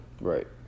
Right